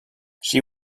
she